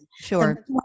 Sure